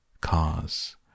cars